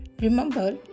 Remember